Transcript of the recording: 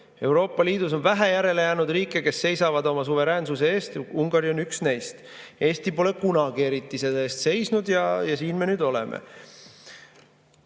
Euroopa Liidus on jäänud järele vähe riike, kes seisavad oma suveräänsuse eest. Ungari on üks neist. Eesti pole kunagi eriti selle eest seisnud ja siin me nüüd oleme.